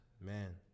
man